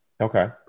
Okay